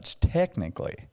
Technically